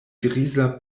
griza